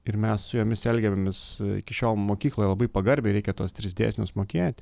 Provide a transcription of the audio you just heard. ir mes su jomis elgiamėmės iki šiol mokykloje labai pagarbiai reikia tuos tris dėsnius mokėti